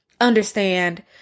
understand